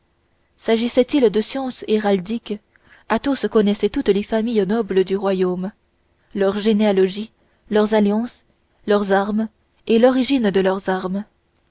s'agissait-il de science héraldique athos connaissait toutes les familles nobles du royaume leur généalogie leurs alliances leurs armes et l'origine de leurs armes